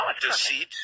deceit